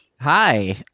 Hi